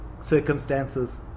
circumstances